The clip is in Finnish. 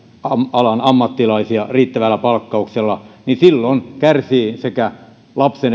alan ammattilaisia riittävällä palkkauksella niin silloin kärsivät sekä lapsen